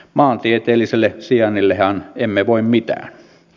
maantieteelliselle sijainnillehan emme voi mitään